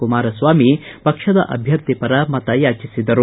ಕುಮಾರಸ್ನಾಮಿ ಪಕ್ಷದ ಅಭ್ವರ್ಥಿ ಪರ ಮತಯಾಚಿಸಿದರು